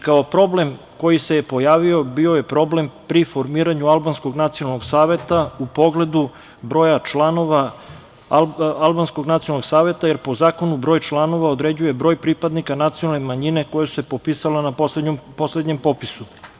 Kao problem koji se pojavio bio je problem pri formiranju albanskog nacionalnog saveta u pogledu broja članova albanskog nacionalnog saveta, jer po zakonu broj članova određuje broj pripadnika nacionalne manjine koja se popisala na poslednjem popisu.